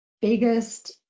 biggest